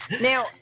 Now